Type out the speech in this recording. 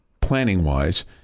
planning-wise